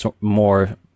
more